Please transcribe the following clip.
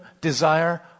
desire